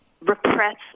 repress